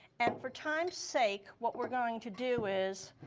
and for time's sake, what we're going to do is